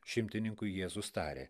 šimtininkui jėzus tarė